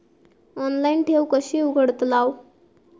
Online ठेव कशी उघडतलाव?